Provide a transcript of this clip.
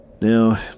Now